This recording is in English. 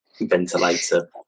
ventilator